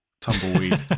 tumbleweed